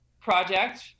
project